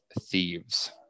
Thieves